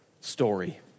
story